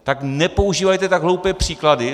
Tak nepoužívejte tak hloupé příklady.